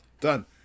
Done